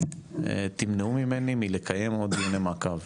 תמנעו ממני מלקיים עוד דיוני מעקב,